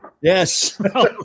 Yes